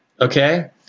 okay